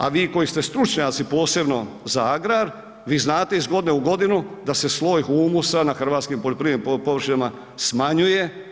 A vi koji ste stručnjaci, posebno za agrar, vi znate iz godine u godinu da se sloj humusa na hrvatskim poljoprivrednim površinama smanjuje.